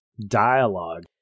dialogue